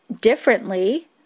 differently